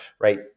right